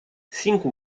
cinco